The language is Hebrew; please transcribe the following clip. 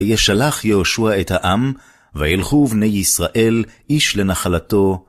וישלח יהושע את העם, והלכו בני ישראל איש לנחלתו.